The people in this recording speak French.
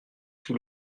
tous